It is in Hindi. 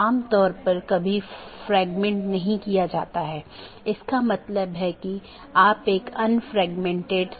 इसलिए बहुत से पारगमन ट्रैफ़िक का मतलब है कि आप पूरे सिस्टम को ओवरलोड कर रहे हैं